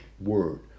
word